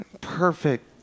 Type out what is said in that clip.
perfect